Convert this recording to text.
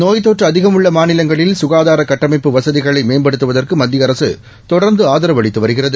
நோய் தொற்று அதிகம் உள்ள மாநிலங்களில் சுகாதார கட்டமைப்பு வசதிகளை மேம்படுத்துவதற்கு மத்திய அரசு தொடர்ந்து ஆதரவு அளித்து வருகிறது